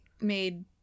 made